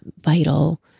vital